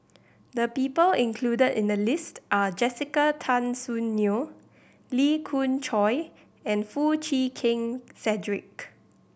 the people included in the list are Jessica Tan Soon Neo Lee Khoon Choy and Foo Chee Keng Cedric